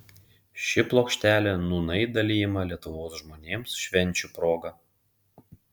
ši plokštelė nūnai dalijama lietuvos žmonėms švenčių proga